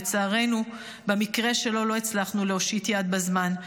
לצערנו, במקרה שלו לא הצלחנו להושיט יד בזמן.